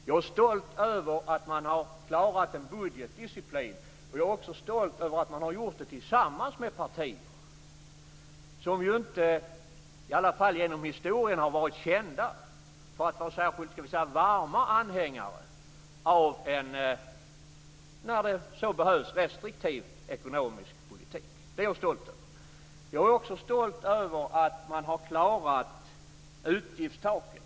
Jag är stolt över att man har klarat en budgetdisciplin, och jag är också stolt över att man har gjort det tillsammans med partier som genom historien inte har varit kända för att vara varma anhängare av en, när så behövs, restriktiv ekonomisk politik. Det är jag stolt över. Jag är också stolt över att man har klarat utgiftstaket.